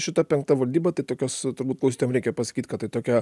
šita penkta valdyba tai tokios turbūt klausytojam reikia pasakyt kad tai tokia